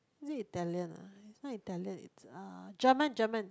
is it Italian ah it's not Italian it's German German